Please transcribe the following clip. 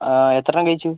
ആ എത്ര എണ്ണം കഴിച്ചു